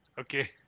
Okay